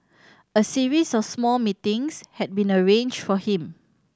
a series of small meetings had been arranged for him